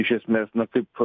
iš esmės na taip